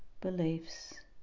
beliefs